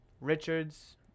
Richards